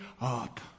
up